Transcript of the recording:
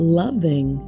loving